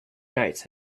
knights